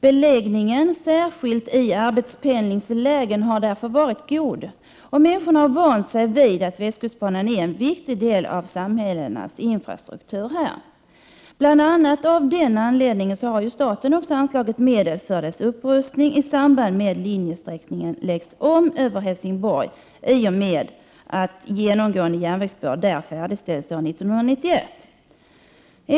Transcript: Beläggningen, särskilt i arbetspendlingslägen, har därför varit god. Människorna har vant sig vid att västkustbanan är en viktig del av samhällenas infrastruktur. Bl.a. av den anledningen har staten anslagit medel för dess upprustning i samband med att linjesträckningen läggs om över Helsingborg i och med att genomgående järnvägsspår där färdigställs år 1991.